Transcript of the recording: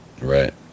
Right